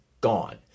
gone